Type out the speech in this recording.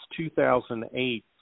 2008